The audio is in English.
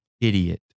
idiot